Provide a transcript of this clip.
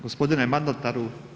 Gospodine mandataru.